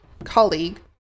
colleague